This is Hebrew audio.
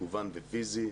מקוון ופיזי.